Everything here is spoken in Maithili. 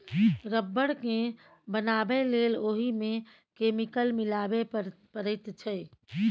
रब्बर केँ बनाबै लेल ओहि मे केमिकल मिलाबे परैत छै